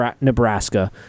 Nebraska